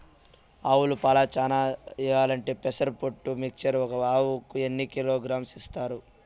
ఆవులు పాలు చానా ఇయ్యాలంటే పెసర పొట్టు మిక్చర్ ఒక ఆవుకు ఎన్ని కిలోగ్రామ్స్ ఇస్తారు?